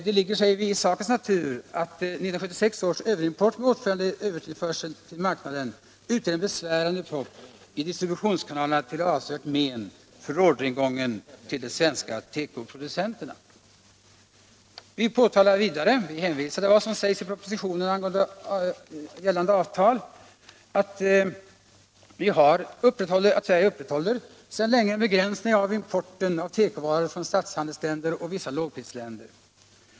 Det ligger, säger vi, i sakens natur att 1976 års ”överimport” med åtföljande övertillförsel till marknaden utgör en besvärande propp i distributionskanalerna, till avsevärt men för orderingången för de svenska tekoproducenterna. Vi hänvisar i motionen till vad som sägs i propositionen angående gällande avtal, nämligen att Sverige sedan länge upprätthåller en begränsning av importen av tekovaror från statshandelsländer och vissa lågprisländer.